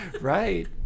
Right